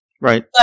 Right